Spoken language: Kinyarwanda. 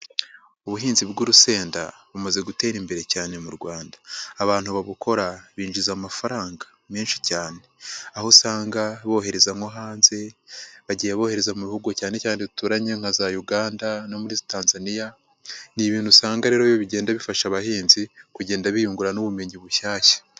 Ubuhinzi bw'urusenda bumaze gutera imbere cyane mu Rwanda, abantu babukora binjiza amafaranga menshi cyane, aho usanga bohereza nko hanze bagiye bohereza mu bihugu cyane cyane duturanye nka za Uganda no muri Tanzania, ni ibintu usanga rero bigenda bifasha abahinzi kugenda biyungura n'ubumenyi bushyashya.